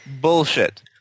bullshit